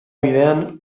bidean